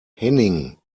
henning